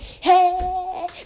Hey